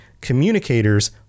communicators